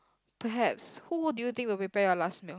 perhaps who do you think will prepare your last meal